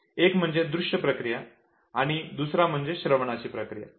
एक म्हणजे दृश्य प्रक्रिया आणि दुसरा म्हणजे श्रवणाची प्रक्रिया